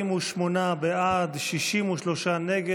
48 בעד, 63 נגד.